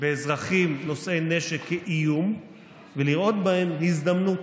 באזרחים נושאי נשק איום ולראות בהם הזדמנות.